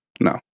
no